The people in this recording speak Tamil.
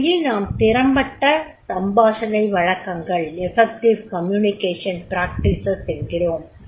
இதையே நாம் திறம்பட்ட சம்பாஷணை வழக்கங்கள் என்கிறோம்